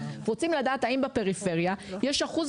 אנחנו רוצים לדעת האם בפריפריה יש אחוז